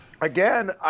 again